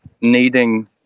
needing